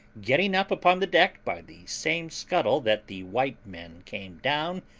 getting up upon the deck by the same scuttle that the white men came down,